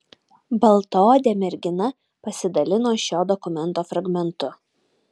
baltaodė mergina pasidalino šio dokumento fragmentu